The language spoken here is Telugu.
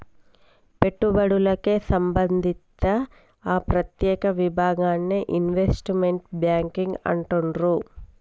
పెట్టుబడులకే సంబంధిత్తే ఆ ప్రత్యేక విభాగాన్ని ఇన్వెస్ట్మెంట్ బ్యేంకింగ్ అంటుండ్రు